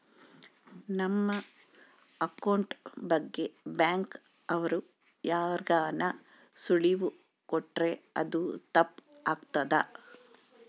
ನಮ್ ಅಕೌಂಟ್ ಬಗ್ಗೆ ಬ್ಯಾಂಕ್ ಅವ್ರು ಯಾರ್ಗಾನ ಸುಳಿವು ಕೊಟ್ರ ಅದು ತಪ್ ಆಗ್ತದ